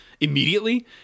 immediately